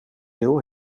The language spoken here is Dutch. eeuw